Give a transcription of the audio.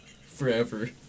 Forever